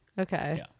okay